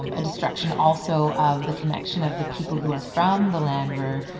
um a destruction also of the connection of the people who are from the land where